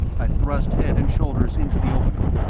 i thrust head and shoulders into the opening.